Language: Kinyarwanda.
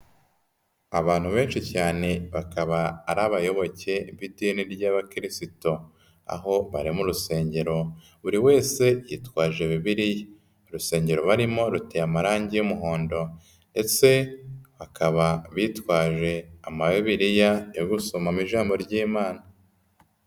Abantu benshi cyane bakaba ari abayoboke b'idini ry'abakirisito aho bari mu rusengero, buri wese yitwaje bibiliya, urusengero barimo ruteye amarange y'umuhondo, ndetse bakaba bitwaje amabibiliya yo gusomamo ijambo ry'Imana.